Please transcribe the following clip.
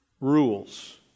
Rules